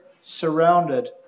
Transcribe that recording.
surrounded